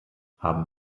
haben